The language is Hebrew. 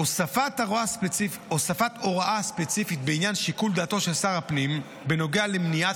הוספת הוראה ספציפית בעניין שיקול דעתו של שר הפנים בנוגע למניעת